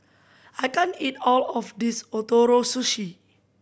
I can't eat all of this Ootoro Sushi